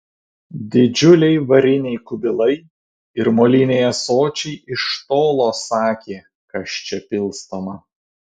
didžiuliai variniai kubilai ir moliniai ąsočiai iš tolo sakė kas čia pilstoma